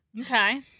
Okay